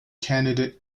candidate